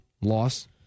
loss